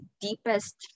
deepest